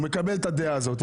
הוא מקבל את הדעה הזאת.